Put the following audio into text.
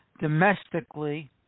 domestically